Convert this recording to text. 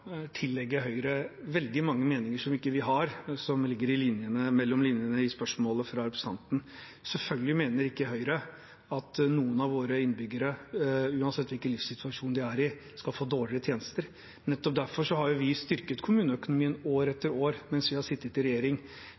tillegge Høyre veldig mange meninger som vi ikke har, gjennom det som ligger mellom linjene i spørsmålet fra representanten. Selvfølgelig mener ikke Høyre at noen av våre innbyggere – uansett hvilken livssituasjon de er i – skal få dårligere tjenester. Nettopp derfor har vi styrket kommuneøkonomien år etter år mens vi har sittet i regjering.